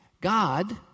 God